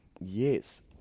Yes